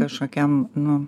kažkokiem nu